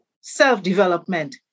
self-development